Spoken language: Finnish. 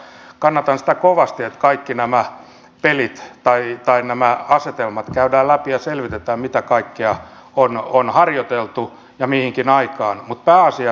kannatan sitä kovasti että kaikki nämä asetelmat käydään läpi ja selvitetään mitä kaikkea on harjoiteltu ja mihinkin aikaan mutta pääasia on että on harjoiteltu